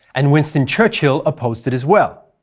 and winston churchill opposed it as well.